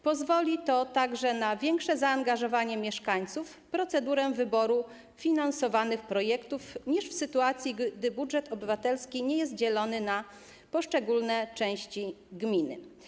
Pozwoli to także na większe zaangażowanie mieszkańców w procedurę wyboru finansowanych projektów, niż w sytuacji gdy budżet obywatelski nie jest dzielony na poszczególne części gminy.